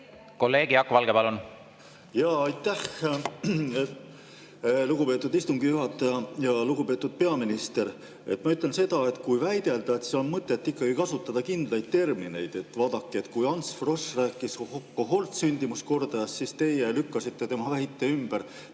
Kolleeg Jaak Valge, palun! Aitäh, lugupeetud istungi juhataja! Lugupeetud peaminister! Ma ütlen seda, et kui väidelda, siis on mõtet ikkagi kasutada kindlaid termineid. Vaadake, kui Ants Frosch rääkis kohortsündimuskordajast, siis teie lükkasite tema väite ümber